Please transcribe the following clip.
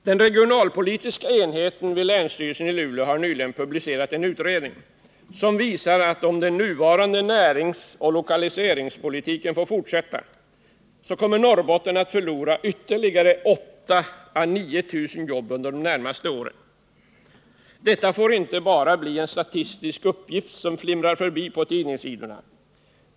Den regionalpolitiska enheten vid länsstyrelsen i Luleå har nyligen publicerat en utredning, som visar att om den nuvarande näringsoch lokaliseringspolitiken får fortsätta, så kommer Norrbotten att förlora ytterligare 8 000-9 000 jobb under de närmaste åren. Detta får inte bara bli en statistisk uppgift som flimrar förbi på tidningssidorna.